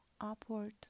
upward